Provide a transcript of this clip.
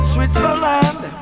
Switzerland